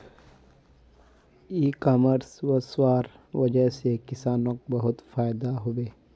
इ कॉमर्स वस्वार वजह से किसानक बहुत फायदा हबे